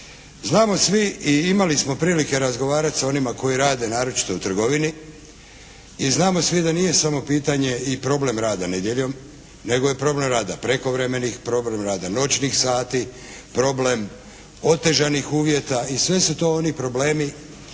Znamo svi i imali smo prilike razgovarati sa onima koji rade naročito u trgovini i znamo svi da nije samo pitanje i problem rada nedjeljom, nego je problem rada prekovremenih, problem rada noćnih sati, problem otežanih uvjeta i sve su to oni problemi